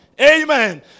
Amen